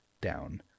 down